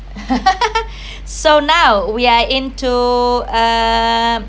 so now we are into um